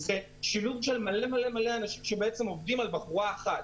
זה שילוב של מלא מלא מלא אנשים שעובדים על בחורה אחת.